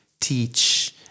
teach